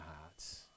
hearts